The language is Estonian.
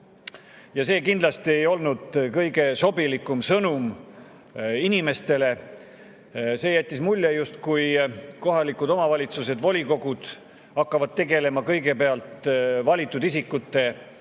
See kindlasti ei olnud kõige sobilikum sõnum inimestele. See jättis mulje, et kohalikud omavalitsused ja volikogud hakkavad tegelema kõigepealt valitud isikute